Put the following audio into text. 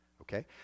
Okay